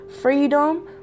freedom